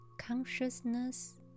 consciousness